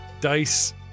dice